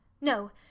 no